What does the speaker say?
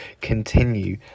continue